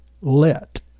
let